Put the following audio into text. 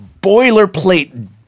boilerplate